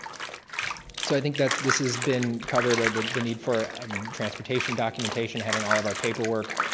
so i think that this has been covered right? the the need for transportation documentation, having all of our paperwork